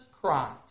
Christ